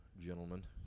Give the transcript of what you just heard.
gentlemen